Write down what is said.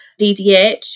DDH